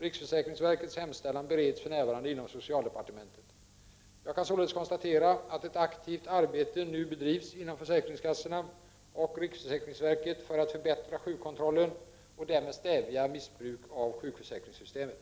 Riksförsäkringsverkets hemställan bereds för närvarande inom socialdepartementet. Jag kan således konstatera att ett aktivt arbete nu bedrivs inom försäkringskassorna och riksförsäkringsverket för att förbättra sjukkontrollen och därmed stävja missbruk av sjukförsäkringssystemet.